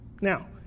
Now